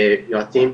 יועצים,